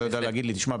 אתה יודע להגיד לי "תשמע,